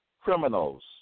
criminals